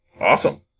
Awesome